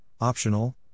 optional